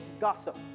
gossip